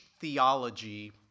theology